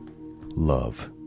love